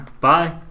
Bye